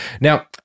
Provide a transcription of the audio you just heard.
Now